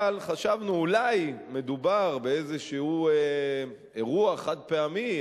אבל חשבנו שאולי מדובר באיזה אירוע חד-פעמי,